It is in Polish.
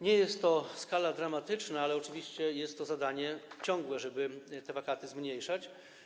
Nie jest to skala dramatyczna, ale oczywiście jest to zadanie ciągłe, żeby te wakaty zmniejszać.